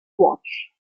watch